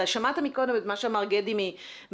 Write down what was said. אתה שמעת קודם את מה שאמר גדי מרח"ל